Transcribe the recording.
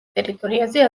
ტერიტორიაზე